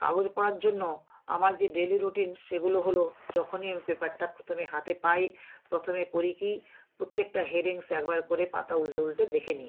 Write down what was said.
কাগজ পড়ার জন্য আমার যে ডেলি রুটিন সেগুলো হলো যখনই আমি পেপারটা প্রথমে হাতে পাই প্রথমে করি কী প্রত্যেকটা হেডিংস একবার করে পাতা উলটে উলটে দেখে নিই